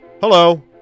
Hello